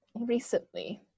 recently